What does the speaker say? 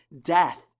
death